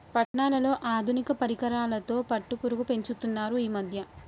పట్నాలలో ఆధునిక పరికరాలతో పట్టుపురుగు పెంచుతున్నారు ఈ మధ్య